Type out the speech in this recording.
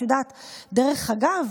דרך אגב,